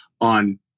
on